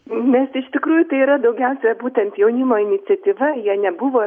nes iš tikrųjų tai yra daugiausia būtent jaunimo iniciatyva jie nebuvo